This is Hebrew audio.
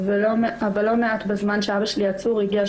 אבל לא מעט בזמן שאבא שלי עצור הגיעה